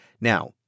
Now